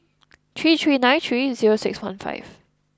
three three nine three zero six one five